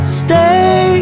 stay